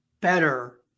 better